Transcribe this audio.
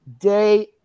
Day